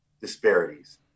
disparities